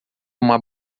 uma